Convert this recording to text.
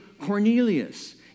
Cornelius